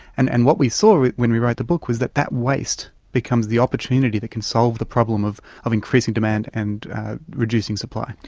and and what we saw when we wrote the book was that that waste becomes the opportunity that can solve the problem of of increasing demand and reducing supply.